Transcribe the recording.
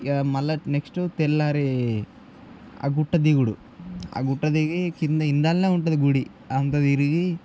ఇక మళ్ళీ నెక్స్ట్ తెల్లారి ఆ గుట్ట దిగుడు ఆ గుట్ట దిగి కింద ఇండాల్నే ఉంటుంది గుడి అదంతా తిరిగి